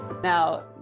Now